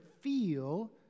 feel